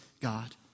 God